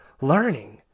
learning